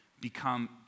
become